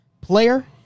player